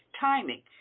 timing